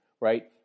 right